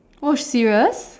oh serious